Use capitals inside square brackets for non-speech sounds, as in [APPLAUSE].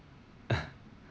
[LAUGHS]